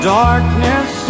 darkness